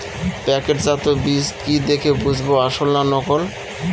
প্যাকেটজাত বীজ কি দেখে বুঝব আসল না নকল?